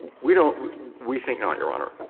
we don't we think not, your honor.